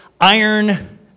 iron